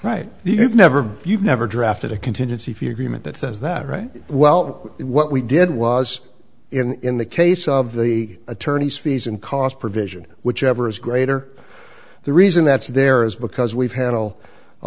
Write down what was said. right you have never been never drafted a contingency fee agreement that says that right well what we did was in the case of the attorneys fees and cost provision whichever is greater the reason that's there is because we've handle a